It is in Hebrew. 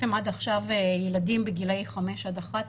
עד עכשיו ילדים בגילי עד 11,